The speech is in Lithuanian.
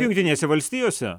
jungtinėse valstijose